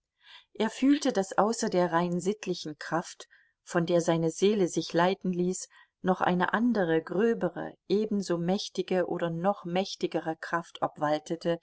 er fühlte daß außer der rein sittlichen kraft von der seine seele sich leiten ließ noch eine andere gröbere ebenso mächtige oder noch mächtigere kraft